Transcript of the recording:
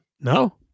No